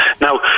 Now